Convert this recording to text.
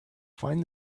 find